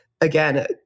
again